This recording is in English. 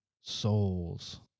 souls